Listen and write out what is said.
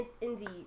Indeed